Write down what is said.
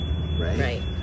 Right